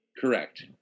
Correct